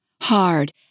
hard